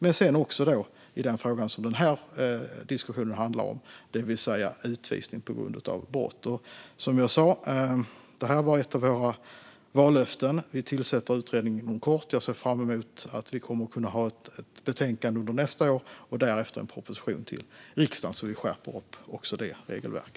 Men vi jobbar också med den fråga som denna diskussion handlar om, det vill säga utvisning på grund av brott. Som jag sa var detta ett av våra vallöften. Vi tillsätter en utredning inom kort, och jag ser fram emot att vi kommer att ha ett betänkande under nästa år och därefter en proposition till riksdagen, så att vi skärper även detta regelverk.